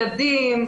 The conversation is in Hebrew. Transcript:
לעבודה.